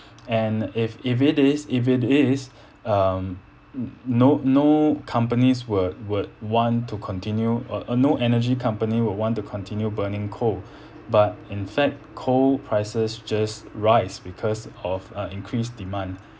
and if if it is if it is um no no companies would would want to continue uh or no energy company will want to continue burning coal but in fact coal prices just rise because of uh increased demand